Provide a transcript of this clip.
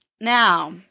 Now